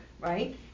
right